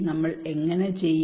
നമ്മൾ എങ്ങനെ ചെയ്യും